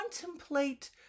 contemplate